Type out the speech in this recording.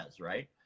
right